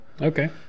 okay